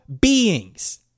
beings